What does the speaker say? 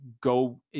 go